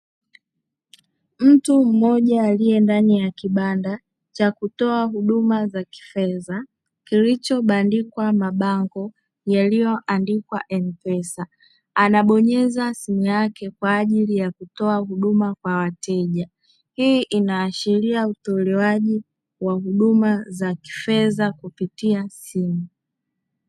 Mtu mmoja aliye ndani ya kibanda cha kutoa huduma za kifedha, kilichoandikwa mabango yaliyoandikwa ''M-pesa'', anabonyeza simu yake kwa ajili ya kutoa huduma kwa wateja. Hii inaashiria utoalewaji wa huduma za kifedha kupitia simu.